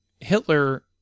Hitler